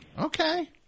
Okay